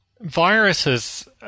Viruses